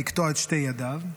לקטוע את שתי ידיו,